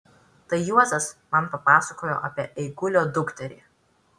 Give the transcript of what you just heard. tai juozas man papasakojo apie eigulio dukterį